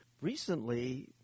Recently